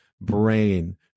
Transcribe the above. brain